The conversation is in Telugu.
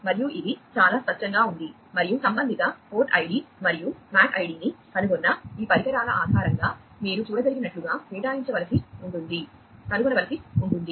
మరియు ఇది చాలా స్పష్టంగా ఉంది మరియు సంబంధిత పోర్ట్ ఐడి మరియు MAC ఐడిని కనుగొన్న ఈ విభిన్న పరికరాల ఆధారంగా మీరు చూడగలిగినట్లుగా కేటాయించవలసి ఉంటుంది కనుగొనవలసి ఉంటుంది